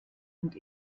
und